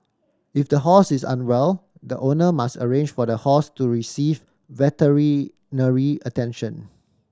if the horse is unwell the owner must arrange for the horse to receive veterinary attention